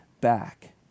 back